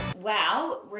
Wow